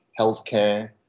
healthcare